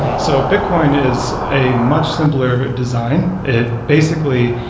so bitcoin is a much simpler design. it basically